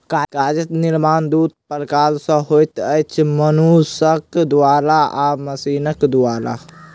कागज निर्माण दू प्रकार सॅ होइत अछि, मनुखक द्वारा आ मशीनक द्वारा